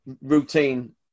routine